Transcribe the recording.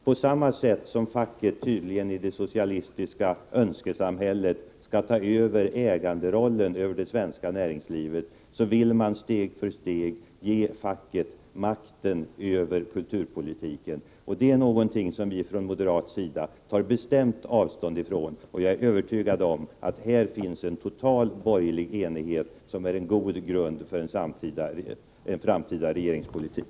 På samma sätt som facket tydligen i det socialistiska önskesamhället skall ta över äganderollen i den svenska näringslivet vill man steg för steg ge facket makten över kulturpolitiken. Det är någonting som vi från moderat sida tar bestämt avstånd ifrån. Jag är övertygad om att det här finns en total borgerlig enighet, som är god grund för en framtida regeringspolitik.